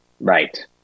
Right